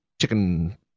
chicken